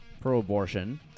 pro-abortion